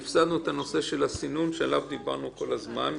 הפסדנו את הנושא של הסינון שעליו דיברנו כל הזמן.